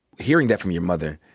hearing that from your mother,